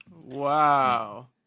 Wow